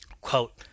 Quote